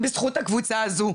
רק בזכות הקבוצה הזו.